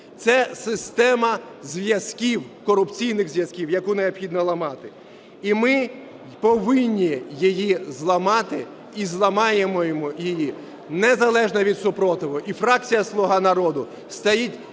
Це система зв'язків, корупційних зв'язків, яку необхідно ламати. І ми повинні її зламати і зламаємо її, незалежно від супротиву. І фракція "Слуга народу" стоїть